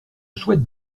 chouette